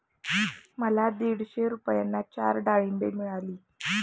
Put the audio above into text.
मला दीडशे रुपयांना चार डाळींबे मिळाली